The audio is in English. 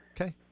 Okay